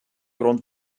grund